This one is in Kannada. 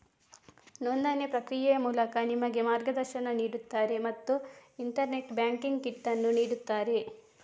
ನೋಂದಣಿ ಪ್ರಕ್ರಿಯೆಯ ಮೂಲಕ ನಿಮಗೆ ಮಾರ್ಗದರ್ಶನ ನೀಡುತ್ತಾರೆ ಮತ್ತು ಇಂಟರ್ನೆಟ್ ಬ್ಯಾಂಕಿಂಗ್ ಕಿಟ್ ಅನ್ನು ನೀಡುತ್ತಾರೆ